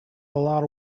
lot